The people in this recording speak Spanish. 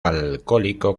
alcohólico